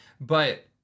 But-